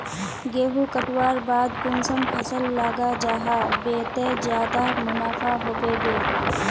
गेंहू कटवार बाद कुंसम फसल लगा जाहा बे ते ज्यादा मुनाफा होबे बे?